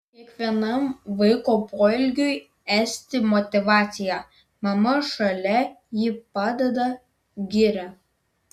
kiekvienam vaiko poelgiui esti motyvacija mama šalia ji padeda giria